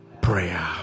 prayer